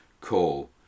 call